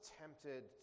tempted